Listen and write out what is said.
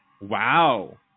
Wow